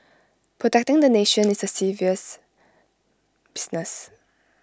protecting the nation is serious business